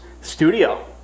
studio